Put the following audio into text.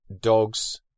Dogs